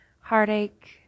heartache